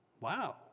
Wow